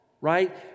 right